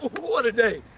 what a day,